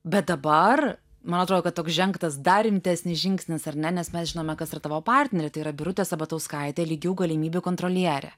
bet dabar man atrodo kad toks žengtas dar rimtesnis žingsnis ar ne nes mes žinome kas yra tavo partnerė tai yra birutė sabatauskaitė lygių galimybių kontrolierė